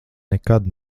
nekad